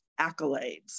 accolades